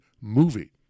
movie